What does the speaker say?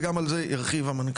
וגם על זה ירחיב המנכ"ל.